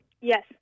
Yes